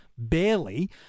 barely